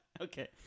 Okay